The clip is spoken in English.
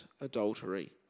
adultery